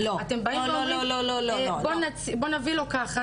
אתם באים ואומרים בואו נביא לו ככה,